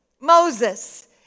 Moses